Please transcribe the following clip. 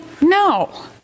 No